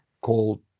called